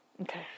Okay